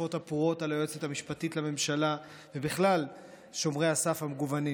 ההתקפות הפרועות על היועצת המשפטית לממשלה ובכלל על שומרי הסף המגוונים.